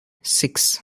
six